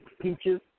peaches